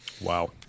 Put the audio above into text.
Wow